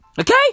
Okay